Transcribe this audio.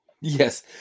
Yes